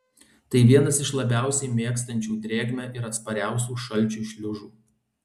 tai vienas iš labiausiai mėgstančių drėgmę ir atspariausių šalčiui šliužų